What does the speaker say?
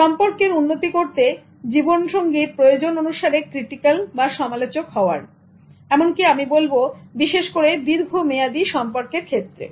সম্পর্কের উন্নতি করতে জীবন সঙ্গীর প্রয়োজন অনুসারে ক্রিটিক্যাল বা সমালোচক হওয়ার এমনকি আমি বলব বিশেষ করে দীর্ঘমেয়াদী সম্পর্কের ক্ষেত্রে